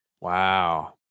Wow